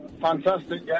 fantastic